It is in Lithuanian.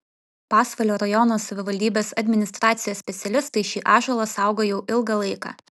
pasvalio rajono savivaldybės administracijos specialistai šį ąžuolą saugo jau ilgą laiką